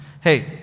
hey